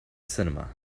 cinema